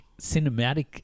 Cinematic